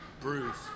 Bruce